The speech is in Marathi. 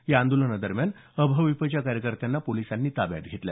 या आंदोलना दरम्यान अभाविपच्या कार्यकर्त्यांना पोलिसांनी ताब्यात घेतलं